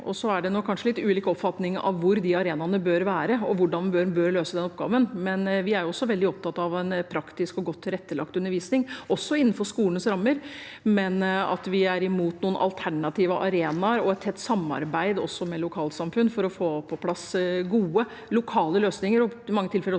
er det kanskje litt ulik oppfatning av hvor de arenaene bør være, og hvordan en bør løse den oppgaven, men vi er også veldig opptatt av en praktisk og godt tilrettelagt undervisning, også innenfor skolenes rammer. Men vi er ikke imot noen alternative arenaer, og et tett samarbeid med lokalsamfunn for å få på plass gode lokale løsninger,